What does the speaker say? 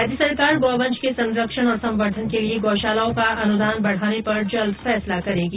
राज्य सरकार गौवंश के संरक्षण और संवर्दधन के लिए गौशालाओं का अनुदान बढ़ाने पर जल्द फैसला करेगी